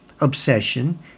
obsession